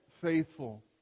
faithful